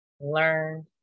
learned